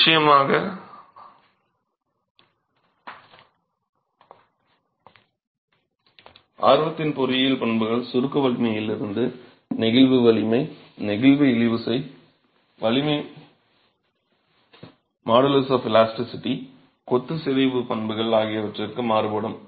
நிச்சயமாக ஆர்வத்தின் பொறியியல் பண்புகள் சுருக்க வலிமையிலிருந்து நெகிழ்வு வலிமை நெகிழ்வு இழுவிசை வலிமை மாடுலஸ் ஆஃப் இலாஸ்டிசிட்டி கொத்து சிதைவு பண்புகள் ஆகியவற்றிற்கு மாறுபடும்